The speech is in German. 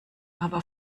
aber